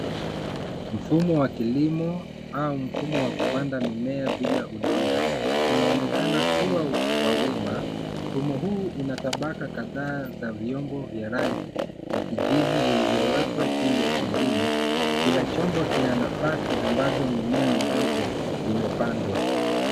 Mfumo wa kilimo au mfumo wa kupanda mimea bila udongo unaonekana kuwa wa wima. Mfumo huu una tabaka kadhaa za vyombo vya rangi ya kijivu vilivyowekwa juu ya kingine. Kila chombo kina nafasi ambazo mimea mingine imepandwa.